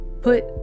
put